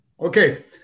Okay